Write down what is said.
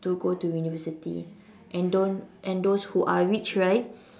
to go to university and don't and those who are rich right